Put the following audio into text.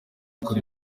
bakora